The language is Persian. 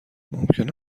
ممکن